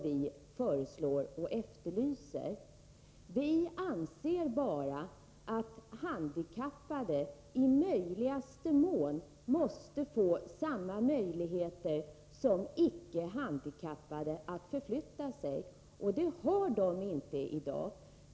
Vi anser bara att handikappade i möjligaste mån måste få samma möjligheter som icke handikappade att förflytta sig. Det har de inte i dag.